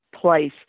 place